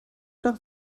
nach